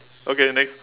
okay next